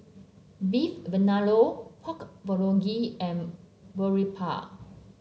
Beef Vindaloo Pork Bulgogi and Boribap